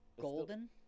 golden